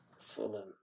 Fulham